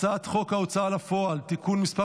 אני קובע כי הצעת חוק שירות הקבע בצבא הגנה לישראל (גמלאות) (תיקון מס'